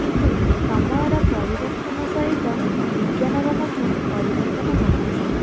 କିନ୍ତୁ ସମୟର ପରିବର୍ତ୍ତନ ସହିତ ବିଜ୍ଞାନର ମଧ୍ୟ ପରିବର୍ତ୍ତନ ଘଟିଛି